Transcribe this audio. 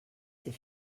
ses